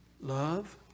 love